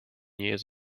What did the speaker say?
years